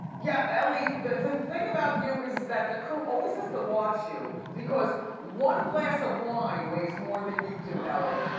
yeah, ellie, the thing about you is that the crew always has to watch you because one glass of wine weighs more than you do, ellie.